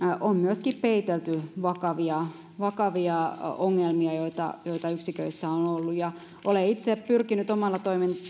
on myöskin peitelty vakavia vakavia ongelmia joita joita yksiköissä on ollut olen itse pyrkinyt omalla